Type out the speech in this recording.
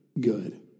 good